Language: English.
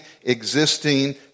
existing